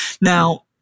Now